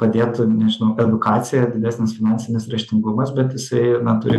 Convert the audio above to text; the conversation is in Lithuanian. padėtų nežinau edukacija didesnis finansinis raštingumas bet jisai na turi